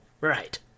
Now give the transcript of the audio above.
Right